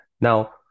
Now